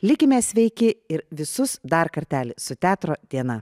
likime sveiki ir visus dar kartelį su teatro diena